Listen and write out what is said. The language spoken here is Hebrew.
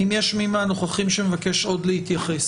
אם יש מי מהנוכחים שמבקש עוד להתייחס.